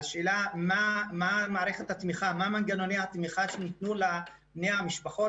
השאלה היא מה מנגנוני התמיכה שניתנו לבני משפחות